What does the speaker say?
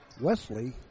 Wesley